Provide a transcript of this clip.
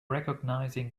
recognizing